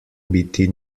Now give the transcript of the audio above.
biti